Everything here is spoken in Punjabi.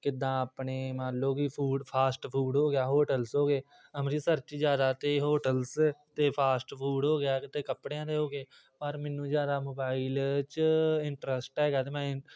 ਕਿੱਦਾਂ ਆਪਣੇ ਮੰਨ ਲਉ ਕਿ ਫੂਡ ਫਾਸਟ ਫੂਡ ਹੋ ਗਿਆ ਹੋਟਲਸ ਹੋ ਗਏ ਅੰਮ੍ਰਿਤਸਰ 'ਚ ਜ਼ਿਆਦਾ ਤਾਂ ਹੋਟਲਸ ਅਤੇ ਫਾਸਟ ਫੂਡ ਹੋ ਗਿਆ ਕਿਤੇ ਕੱਪੜਿਆਂ ਦੇ ਹੋ ਗਏ ਪਰ ਮੈਨੂੰ ਜ਼ਿਆਦਾ ਮੋਬਾਇਲ 'ਚ ਇੰਟਰਸਟ ਹੈਗਾ ਅਤੇ ਮੈਂ